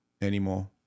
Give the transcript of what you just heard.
anymore